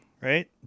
right